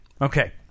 Okay